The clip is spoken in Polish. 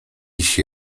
się